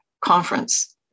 conference